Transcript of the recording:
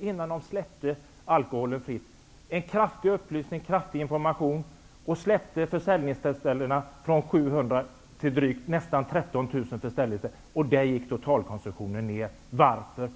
Innan man släppte alkoholen fritt inleddes en upplysnings och informationskampanj. Man ökade antalet försäljningsställen från 700 till nästan 13 000. Där gick totalkonsumtionen ned. Varför?